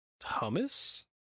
Hummus